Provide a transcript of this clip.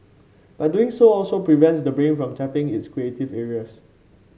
but doing so also prevents the brain from tapping its creative areas